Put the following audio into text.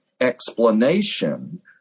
explanation